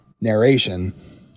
narration